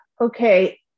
Okay